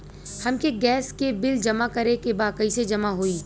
हमके गैस के बिल जमा करे के बा कैसे जमा होई?